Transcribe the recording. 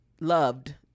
loved